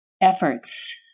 efforts